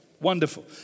Wonderful